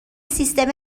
سیستم